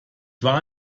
war